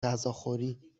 غذاخوری